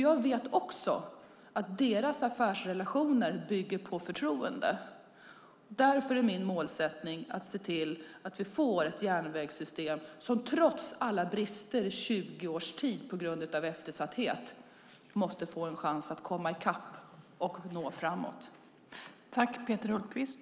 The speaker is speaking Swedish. Jag vet också att deras affärsrelationer bygger på förtroende. Därför är min målsättning att se till att vi får ett järnvägssystem som, trots alla brister i 20 års tid på grund av eftersatthet, måste få en chans att komma i kapp och nå framåt.